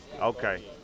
okay